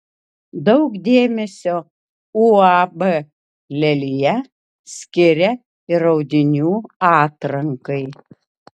daug dėmesio uab lelija skiria ir audinių atrankai